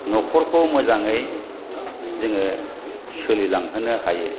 न'खरखौ मोजाङै जोङो सोलिलांहोनो हायो